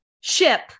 ship